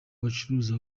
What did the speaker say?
bacuruza